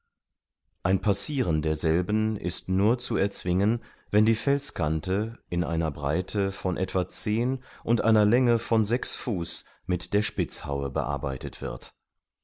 ein passiren derselben ist nur zu erzwingen wenn die felskante in einer breite von etwa zehn und einer länge von sechs fuß mit der spitzhaue bearbeitet wird